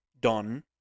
done